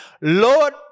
Lord